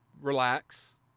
relax